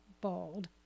bold